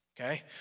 okay